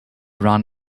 run